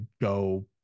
go